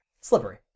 Slippery